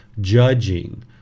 judging